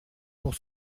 pour